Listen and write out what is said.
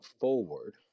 forward